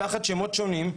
תחת שמות שונים,